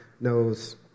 knows